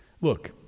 Look